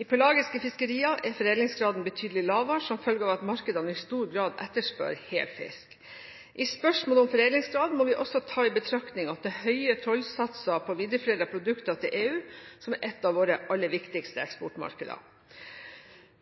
I pelagiske fiskerier er foredlingsgraden betydelig lavere som følge av at markedene i stor grad etterspør hel fisk. I spørsmålet om foredlingsgrad må vi også ta i betraktning at det er høye tollsatser på videreforedlede produkter til EU, som er et av våre aller viktigste eksportmarkeder.